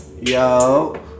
Yo